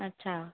अच्छा